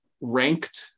ranked